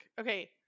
Okay